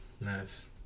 Nice